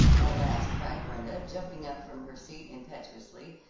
at last cried brenda, jumping up from her seat impetuously,